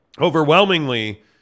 overwhelmingly